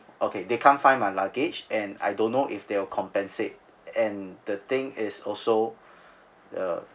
okay they can't find my luggage and I don't know if they'll compensate and the thing is also the